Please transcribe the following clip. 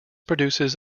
produces